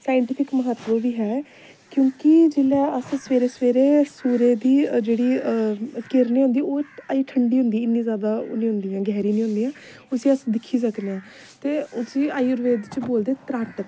scientific म्हत्तब बी है क्योकि जिसले अस सवेरे सवेरे सूर्य दी जेह्ड़ी किरण होंदी ओह् अजें ठंडी होंदी इन्नी ज्यादा ओह् नेईं होंदी गैहरी नेईं होंदियां उसी अस दिक्खी सकने आं ते उसी आयुर्बेद च बोलदे तराटक